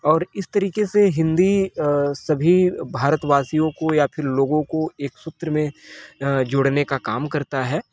और इस तरीके से हिंदी सभी भारतवासियों को या फिर लोगों को एक सूत्र में अ जोड़ने का काम करता है